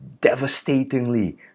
devastatingly